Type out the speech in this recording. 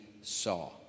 saw